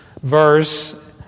verse